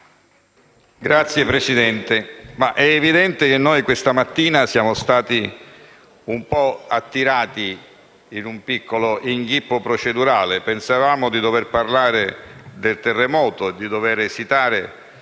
Signor Presidente, è evidente che questa mattina siamo stati attirati in un piccolo inghippo procedurale: pensavamo di dover parlare del terremoto, di dover esitare